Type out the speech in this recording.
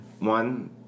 One